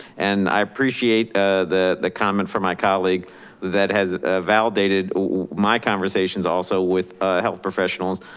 and i appreciate the the comment from my colleague that has validated my conversations also with ah health professionals,